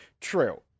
True